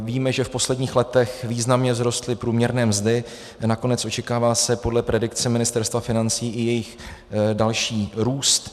Víme, že v posledních letech významně vzrostly průměrné mzdy, nakonec očekává se podle predikce Ministerstva financí i jejich další růst.